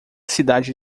cidade